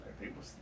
People